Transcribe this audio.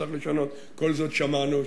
שצריך לשנות, את כל זאת שמענו.